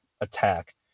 attack